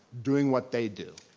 doing what they do.